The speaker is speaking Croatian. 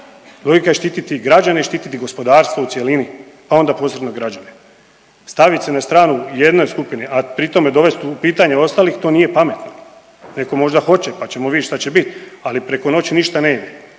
Logika je štititi građane i štititi gospodarstvo u cjelini, a onda posredno građane. Staviti se na stranu jedne skupine, a pri tome dovesti u pitanje ostalih, to nije pametno. Netko možda hoće pa ćemo vidjeti šta će bit, ali preko noći ništa ne ide